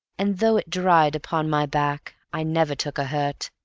and though it dried upon my back i never took a hurt